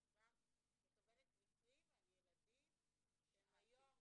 אני כבר מקבלת מקרים על ילדים שהם היום